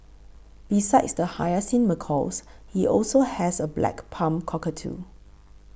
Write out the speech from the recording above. besides the hyacinth macaws he also has a black palm cockatoo